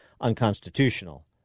unconstitutional